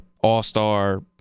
All-Star